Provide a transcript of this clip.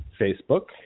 Facebook